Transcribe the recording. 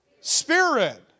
Spirit